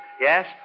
Yes